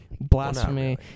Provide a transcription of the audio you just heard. Blasphemy